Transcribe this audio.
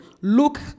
look